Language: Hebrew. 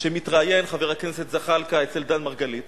שמתראיין חבר הכנסת זחאלקה אצל דן מרגלית